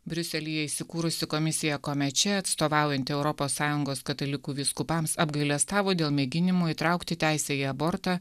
briuselyje įsikūrusi komisija komeče atstovaujanti europos sąjungos katalikų vyskupams apgailestavo dėl mėginimų įtraukti teisę į abortą